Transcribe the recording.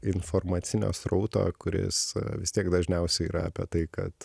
informacinio srauto kuris vis tiek dažniausiai yra apie tai kad